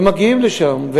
ומגיעים לשם.